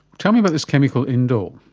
tell me about this chemical indole.